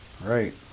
Right